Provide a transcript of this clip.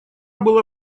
была